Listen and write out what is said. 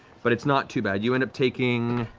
but it's not too bad. you end up taking